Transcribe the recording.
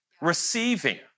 receiving